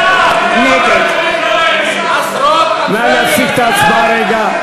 נגד עשרות אלפי ילדים, נא להפסיק את ההצבעה רגע.